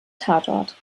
tatort